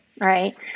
Right